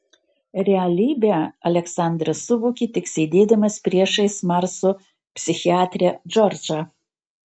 realybę aleksandras suvokė tik sėdėdamas priešais marso psichiatrę džordžą